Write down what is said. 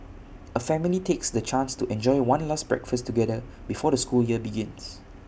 A family takes the chance to enjoy one last breakfast together before the school year begins